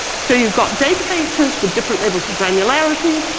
so, you've got databases with different levels of granularity,